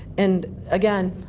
and, again,